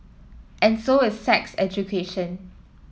and so is sex education